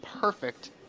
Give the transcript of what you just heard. perfect